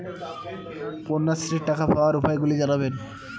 কন্যাশ্রীর টাকা পাওয়ার উপায়গুলি জানাবেন?